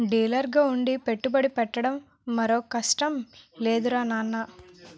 డీలర్గా ఉండి పెట్టుబడి పెట్టడం మరో కష్టం లేదురా నాన్నా